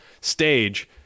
stage